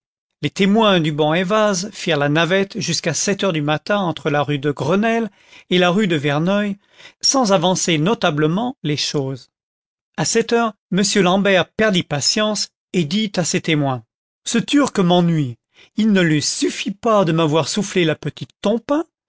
les témoins du bon ayvaz firent la navette jusqu'à sept heures du matin entre la rue de grenelle et la rue de verneuil sans avancer notablement les choses a sept neures m l'ambert perdit patience et dit à ses témoins content from google book search generated at turc m'ennuie il ne lui suffît pas de m'avoir soufflé la petite tompain